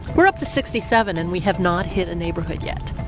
we're up to sixty seven and we have not hit a neighborhood yet.